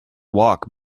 walk